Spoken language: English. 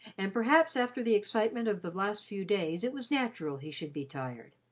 and perhaps after the excitement of the last few days it was natural he should be tired,